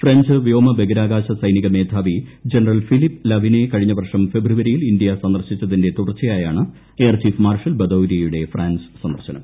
French വ്യോമ ബഹിരാകാശ സൈനിക മേധാവി ജനറൽ ഫിലിപ്പ് ലവിനെ കഴിഞ്ഞ വർഷം ഫെബ്രുവരിയിൽ ഇന്ത്യ സന്ദർശിച്ചതിന്റെ തുടർച്ചയായാണ് എയർ ചീഫ് മാർഷൽ ബദൌരിയയുടെ ഫ്രാൻസ് സന്ദർശനം